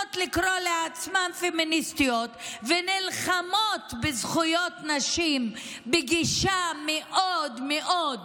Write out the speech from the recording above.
מוכנות לקרוא לעצמן פמיניסטיות ונלחמות בזכויות נשים בגישה מאוד מאוד